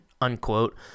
unquote